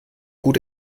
gut